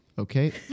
Okay